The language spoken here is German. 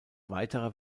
weiterer